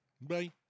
Bye